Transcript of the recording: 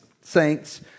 saints